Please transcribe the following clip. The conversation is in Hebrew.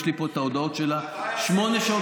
יש לי פה את ההודעות שלה: שמונה שעות